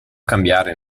cambiare